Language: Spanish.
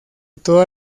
toda